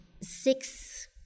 six